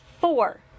four